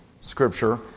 Scripture